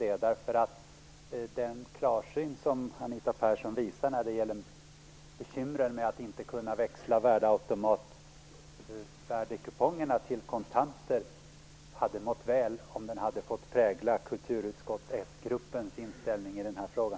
Det hade nämligen varit bra om den klarsyn som Anita Persson visar när det gäller bekymret över att inte kunna växla värdeautomatkupongerna till kontanter hade fått prägla kulturutskottets s-grupp i den här frågan.